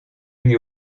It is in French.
lui